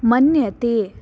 मन्यते